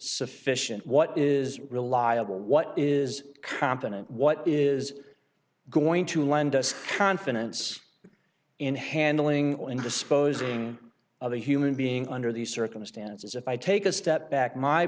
sufficient what is reliable what is competent what is going to lend us confidence in handling and disposing of a human being under these circumstances if i take a step back my